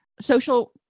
social